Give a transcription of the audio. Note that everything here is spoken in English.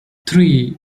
three